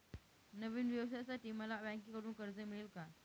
नवीन व्यवसायासाठी मला बँकेकडून कर्ज मिळेल का?